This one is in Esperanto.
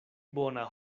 bona